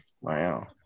Wow